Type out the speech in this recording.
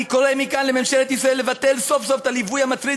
אני קורא מכאן לממשלת ישראל לבטל סוף-סוף את הליווי המטריד